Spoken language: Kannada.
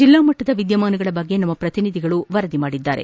ಜೆಲ್ಲಾಮಟ್ಟದ ವಿದ್ಯಮಾನಗಳ ಬಗ್ಗೆ ನಮ್ಮ ಪ್ರತಿನಿಧಿಗಳು ವರದಿ ಮಾಡಿದ್ದಾರೆ